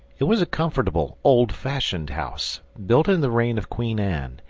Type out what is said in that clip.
it was a comfortable old-fashioned house, built in the reign of queen anne,